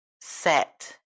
set